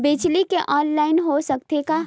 बिजली के ऑनलाइन हो सकथे का?